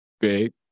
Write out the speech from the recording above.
Big